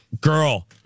girl